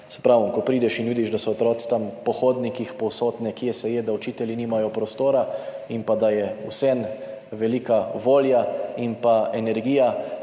saj pravim, ko prideš in vidiš, da so otroci tam po hodnikih, povsod nekje se jé, da učitelji nimajo prostora in pa da je vseeno velika volja in energija